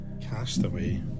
Castaway